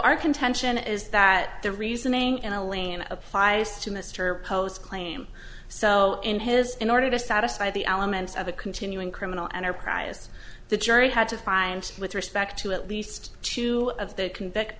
our contention is that the reasoning elaine applies to mr post claim so in his in order to satisfy the elements of a continuing criminal enterprise the jury had to find with respect to at least two of the convict